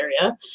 area